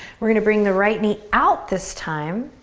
we're gonna bring the right knee out this time.